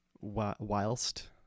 whilst